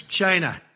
China